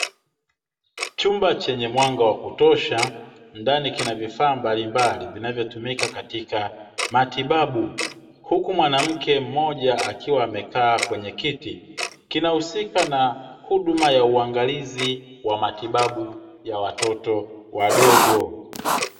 Chumba chenye mwanga wa kutosha ndani kina viifaa mbalimbali vinavyotumika katika matibabu , huku mwanamke Mmoja akiwa amekaa kwenye kitu . Kinahusika na huduma ya uangalizi wa matibabu ya watoto wadogo.